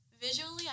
visually